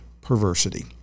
perversity